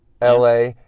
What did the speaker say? LA